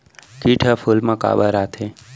किट ह फूल मा काबर आथे?